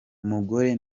umugore